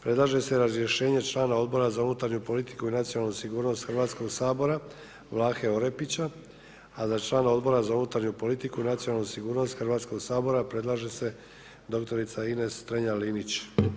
Predlaže se razrješenje člana Odbora za unutarnju politiku i nacionalnu sigurnost Hrvatskog sabora Vlahe Orepića za člana Odbora za unutarnju politiku i nacionalnu sigurnost Hrvatskog sabora predlaže se dr. Ines Strenja-Linić.